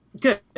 Good